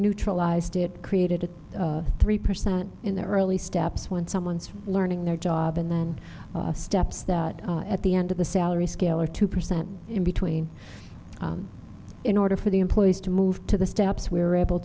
neutralized it created a three percent in the early steps when someone's learning their job and then steps that at the end of the salary scale are two percent in between in order for the employees to move to the steps we're able